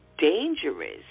Dangerous